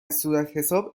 صورتحساب